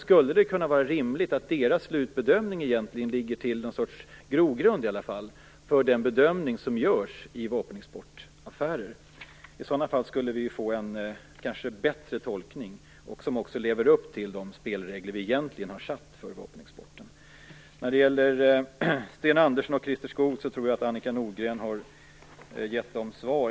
Skulle det kunna vara rimligt att Amnestys slutbedömning ligger till någon sorts grogrund för den bedömning som görs i vapenexportaffärer? I sådana fall skulle vi få en kanske bättre tolkning som också gör att man lever upp till de spelregler som vi egentligen satt upp för vapenexporten. Jag tror att Annika Nordgren har väl bemött Sten Andersson och Christer Skoog.